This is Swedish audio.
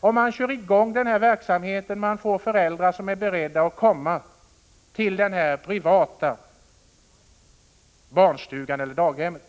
Förskollärarna kör i gång verksamheten, och de får kontakt med föräldrar som är beredda att komma till den här privata barnstugan, det här privata daghemmet.